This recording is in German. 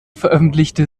veröffentlichte